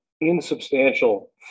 insubstantial